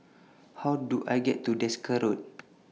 How Do I get to Desker Road